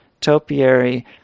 Topiary